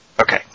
Okay